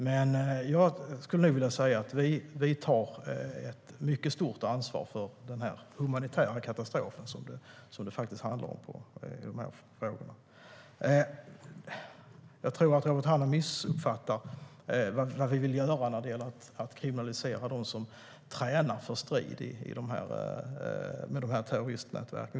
Men jag skulle nog vilja säga att vi tar ett mycket stort ansvar för den humanitära katastrof de här frågorna faktiskt handlar om. Jag tror att Robert Hannah missuppfattar vad vi vill göra när det gäller att kriminalisera dem som tränar för strid i terroristnätverken.